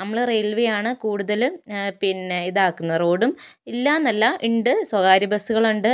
നമ്മൾ റെയിൽ വേയാണ് കൂടുതലും പിന്നെ ഇതാക്കുന്നത് റോഡും ഇല്ലയെന്നല്ല ഉണ്ട് സ്വകാര്യ ബസ്സുകൾ ഉണ്ട്